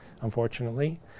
unfortunately